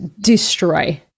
destroy